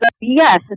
yes